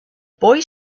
boy